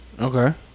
Okay